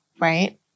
right